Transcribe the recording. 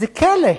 זה כלא,